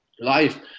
life